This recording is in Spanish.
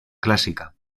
clásica